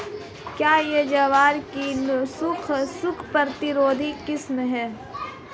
क्या यह ज्वार की सूखा प्रतिरोधी किस्म है?